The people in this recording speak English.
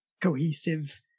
cohesive